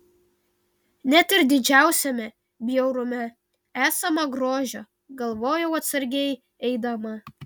net ir didžiausiame bjaurume esama grožio galvojau atsargiai eidama